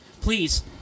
please